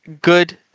good